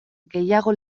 gehiago